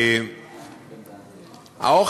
כמו שאמרתי,